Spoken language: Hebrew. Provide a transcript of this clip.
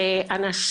ושתיים,